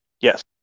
Yes